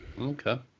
okay